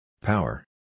Power